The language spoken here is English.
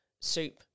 soup